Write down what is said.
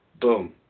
boom